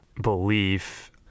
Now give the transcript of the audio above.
belief